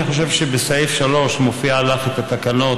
אני חושב שבסעיף 3 מופיעות לך התקנות,